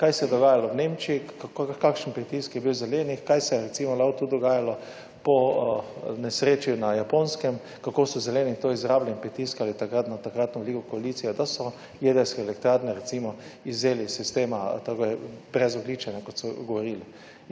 kaj se je dogajalo v Nemčiji, kakšen pritisk je bil v Zeleni, kaj se je recimo lahko tu dogajalo po nesreči na Japonskem, kako so Zeleni in to izrabljeni, pritiskali takrat na takratno ligo(?) koalicije, da so jedrske elektrarne recimo izvzeli iz sistema tako brezogljičenja kot so govorili.